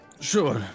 Sure